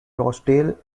rochdale